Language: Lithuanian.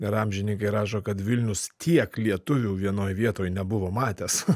ir amžininkai rašo kad vilnius tiek lietuvių vienoj vietoj nebuvo matęs